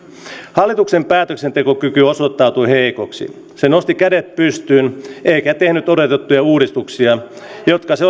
hallituksen päätöksentekokyky osoittautui heikoksi se nosti kädet pystyyn eikä tehnyt odotettuja uudistuksia jotka se